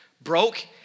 broke